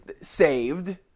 saved